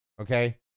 okay